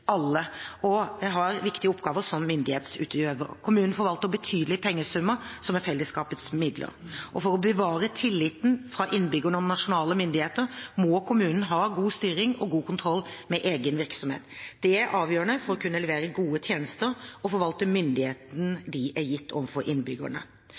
alle og har viktige oppgaver som myndighetsutøver. Kommunen forvalter betydelige pengesummer som er fellesskapets midler. For å bevare tilliten fra innbyggerne og nasjonale myndigheter må kommunen ha god styring og god kontroll med egen virksomhet. Det er avgjørende for å kunne levere gode tjenester og forvalte